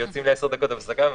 החיוניות, אני